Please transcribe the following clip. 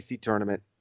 tournament